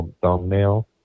thumbnail